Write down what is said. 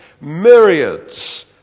Myriads